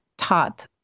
taught